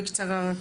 בקצרה.